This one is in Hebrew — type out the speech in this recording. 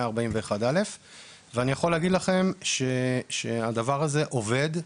141א'. אני יכול להגיד לכם שהדבר הזה עובד,